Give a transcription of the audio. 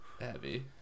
heavy